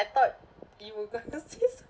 I thought you will got to see